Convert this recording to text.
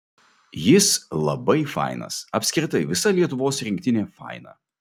jis labai fainas apskritai visa lietuvos rinktinė faina